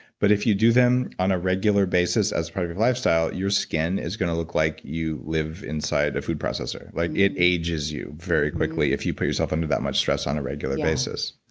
but if you do them on a regular basis as part of your lifestyle, your skin is going to look like you live inside a food processor, like it ages you very quickly if you put yourself under that much stress on a regular basis.